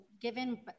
given